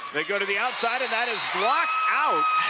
they go to the outside and that is blocked out